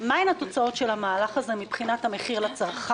מה הן התוצאות של המהלך הזה מבחינת מחיר הדגים לצרכן,